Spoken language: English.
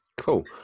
cool